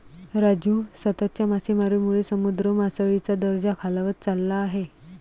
राजू, सततच्या मासेमारीमुळे समुद्र मासळीचा दर्जा खालावत चालला आहे